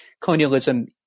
colonialism